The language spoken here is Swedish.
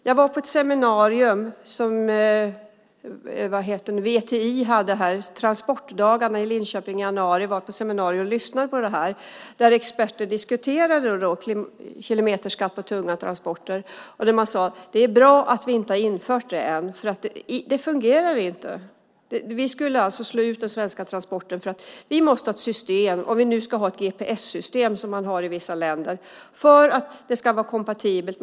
Jag var på ett seminarium, VTI:s transportdagar i Linköping, i januari där experter diskuterade kilometerskatt på tunga transporter. Man sade: Det är bra att vi inte har infört den än, för det fungerar inte. Vi skulle alltså slå ut den svenska transporten. Vi måste ha ett system, om vi nu ska ha ett gps-system som man har i vissa länder, som ska vara kompatibelt.